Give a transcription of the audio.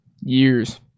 Years